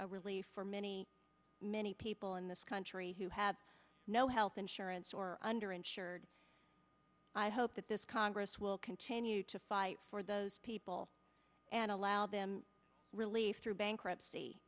a relief for many many people in this country who have no health insurance or under insured i hope that this congress will continue to fight for those people and allow them relief through bankruptcy